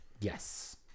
Yes